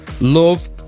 Love